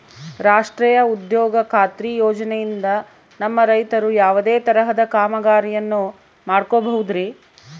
ರಾಷ್ಟ್ರೇಯ ಉದ್ಯೋಗ ಖಾತ್ರಿ ಯೋಜನೆಯಿಂದ ನಮ್ಮ ರೈತರು ಯಾವುದೇ ತರಹದ ಕಾಮಗಾರಿಯನ್ನು ಮಾಡ್ಕೋಬಹುದ್ರಿ?